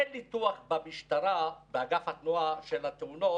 אין ניתוח במשטרה, באגף התנועה, של התאונות,